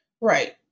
Right